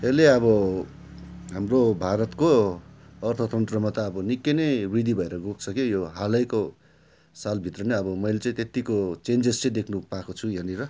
यसले अब हाम्रो भारतको अर्थतन्त्रमा त अब निक्कै नै वृद्धि भएर गएको छ के यो हालैको साल भित्र नै अब मैले चाहिँ त्यतिको चेन्जेस चाहिँ देख्नु पाएको छु यहाँनिर